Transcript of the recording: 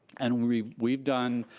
and we've we've done,